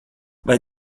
vai